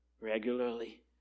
regularly